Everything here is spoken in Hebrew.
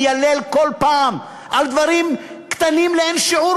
מיילל כל פעם על דברים קטנים לאין שיעור,